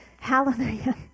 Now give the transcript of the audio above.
hallelujah